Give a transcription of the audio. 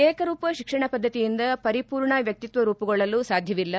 ಏಕ ರೂಪ ಶಿಕ್ಷಣ ಪದ್ದತಿಯಿಂದ ಪರಿಮೂರ್ಣ ವ್ಯಕ್ತಿಕ್ಷ ರೂಮಗೊಳ್ಳಲು ಸಾಧ್ಯವಿಲ್ಲ